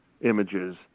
images